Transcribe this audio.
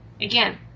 Again